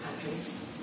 countries